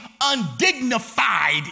undignified